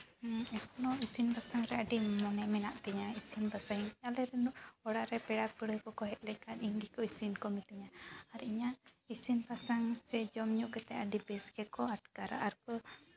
ᱮᱠᱷᱚᱱᱳ ᱤᱥᱤᱱ ᱵᱟᱥᱟᱝ ᱨᱮ ᱟᱹᱰᱤ ᱢᱚᱱᱮ ᱢᱮᱱᱟᱜ ᱛᱤᱧᱟᱹ ᱤᱥᱤᱱ ᱵᱟᱥᱟᱝ ᱟᱞᱮ ᱨᱮᱱ ᱚᱲᱟᱜ ᱨᱮ ᱯᱮᱲᱟ ᱯᱟᱹᱲᱦᱟᱹ ᱠᱚᱠᱚ ᱦᱮᱡ ᱞᱮᱱᱠᱷᱟᱱ ᱤᱧ ᱜᱮᱠᱚ ᱤᱥᱤᱱ ᱠᱚ ᱢᱤᱛᱟᱹᱧᱟ ᱟᱨ ᱤᱧᱟᱹᱜ ᱤᱥᱤᱱ ᱵᱟᱥᱟᱝ ᱥᱮ ᱡᱚᱢ ᱧᱩ ᱠᱟᱛᱮᱜ ᱟᱹᱰᱤ ᱵᱮᱥ ᱜᱮᱠᱚ ᱟᱴᱠᱟᱨᱟ ᱟᱨ ᱠᱚ